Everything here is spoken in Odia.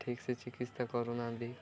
ଠିକ୍ସେ ଚିକିତ୍ସା କରୁନାହାନ୍ତି